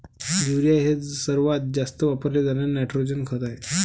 urea हे सर्वात जास्त वापरले जाणारे नायट्रोजन खत आहे